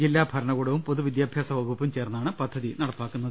ജില്ലാ ഭരണകൂടവും പൊതു വിദ്യാഭ്യാസ വകുപ്പും ചേർന്നാണ് പദ്ധതി നടപ്പാക്കുന്നത്